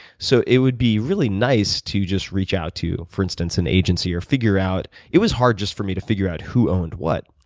so it would be really nice to just reach out to, for instance, an agency, or figure out it was hard just for me to figure out who owned what.